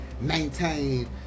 maintain